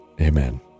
Amen